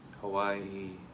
Hawaii